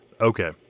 Okay